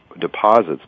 deposits